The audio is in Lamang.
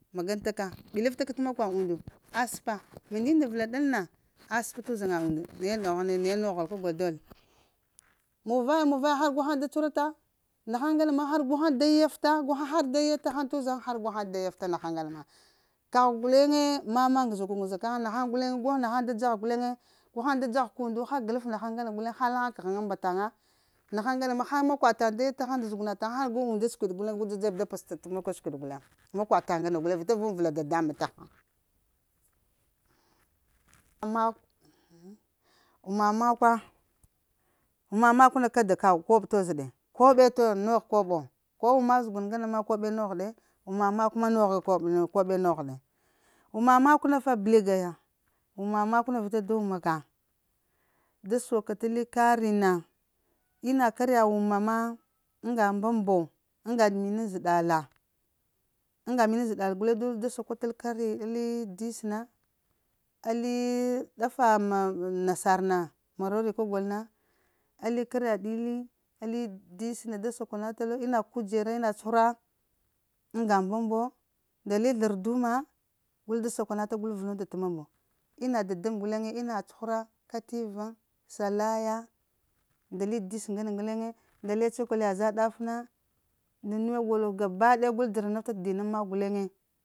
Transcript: Magan taka pilaftaka t’ makwa undu miŋ aspa ndu nda vəla ɗalna asəpa t’ uzaŋa undu eh naye ɗughwana naye noghəl, ka gol dozk mun vaya mun vaya har gu ghaŋ da cuhurata, naghaŋ ŋana ma har gu ghaŋ da yafta guhaŋ har da ya t’ uzaŋ iar gu ghaŋ da yafte nahaŋ ŋgana ma. Kagh guleŋe mama ŋgəzaku ŋgəzaka, na haŋ guleŋe ma da dzaha guleŋe gu haŋ da dzagha k’ undu, ha gələf naghaŋ ŋgana guleŋe ha la haŋ k ghaŋan mba taŋa nahaŋ ngana guleŋ ha makwataŋ da yata haŋ nda zəguna taŋ gu unda səɗ guleŋ gu da ɗzeb da pəs ta makwa siɗi guleŋ, makwata ŋgana guleŋ vita vun vəla dadambuŋ. Amma wuma makwa wuma makw na kada kan kuɓ toz ɗe, koɓe kah nogh koɓo. Ko wuna zəgon ŋgana am koɓo nogh ɗe, wuma makw ma nogh koɓe nogh ɗe wuma makw na fa bliga ya, wuma makw na vita da wum ka, da soka tali kari na ina karya wuna ma ŋga mbambo, ŋga minaŋ zeɗala, ŋ ga minan zəɗal guleŋ gul da sakwa tal kariya li dis na, ali ɗafa m nasar na marori ka gol na, ali karya ɗidi ali dis na da sakwa na tal ina kudzera ina cuhura ŋ ga mbambo, nda li zlarduma, gul da sakwa na ta gul vəlunta t’ mambo. Ina dadamb guleŋe ina cuhura ka ti vuŋ, salaya nda li dis ŋgane guleŋe nda li cakwaliya za ɗaf na nda nuwe golo gaba daya gol dzəra naffa t'dinaŋ makw guleŋe.